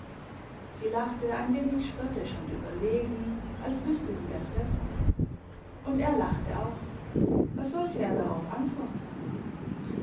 sie lachte ein wenig spöttisch und überlegen als wüsste sie das besser und er lachte auch was sollte er darauf antworten